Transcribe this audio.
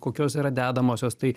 kokios yra dedamosios tai